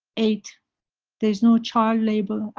eight there is no child labor,